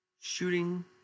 shooting